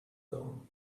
tone